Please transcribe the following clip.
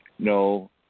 No